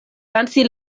danci